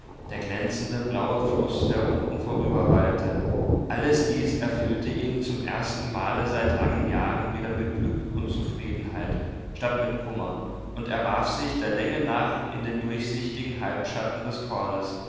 der glänzende blaue fluß der unten vorüberwallte alles dies erfüllte ihn zum ersten male seit langen jahren wieder mit glück und zufriedenheit statt mit kummer und er warf sich der länge nach in den durchsichtigen halbschatten des kornes